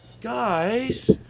Guys